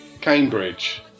Cambridge